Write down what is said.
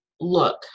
look